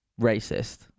racist